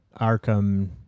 Arkham